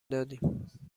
دادیم